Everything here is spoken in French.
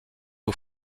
aux